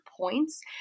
points